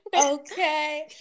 Okay